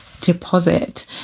deposit